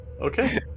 Okay